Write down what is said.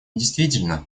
действительно